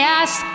ask